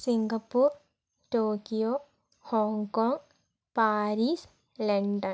Singapore Tokyo Hong Kong Paris London